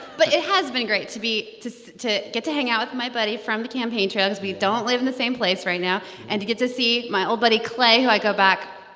but it has been great to be to to get to hang out with my buddy from the campaign trail because we don't live in the same place right now and to get to see my old buddy, clay, who i go back,